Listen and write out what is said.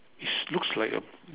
it's looks like a